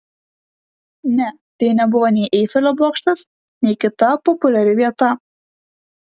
ne tai nebuvo nei eifelio bokštas nei kita populiari vieta